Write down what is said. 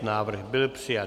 Návrh byl přijat.